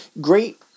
Great